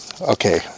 okay